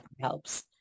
helps